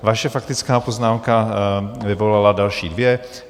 Vaše faktická poznámka vyvolala další dvě.